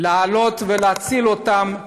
להעלות ולהציל אותם,